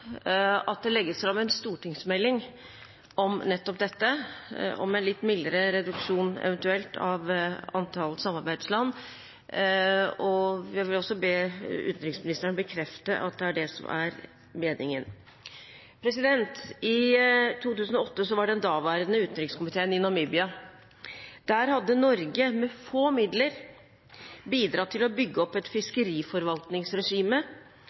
at det legges fram en stortingsmelding om nettopp dette, eventuelt med en litt mildere reduksjon av antall samarbeidsland. Jeg vil også be utenriksministeren bekrefte at det er det som er meningen. I 2008 var den daværende utenrikskomiteen i Namibia. Der hadde Norge – med få midler – bidratt til å bygge opp et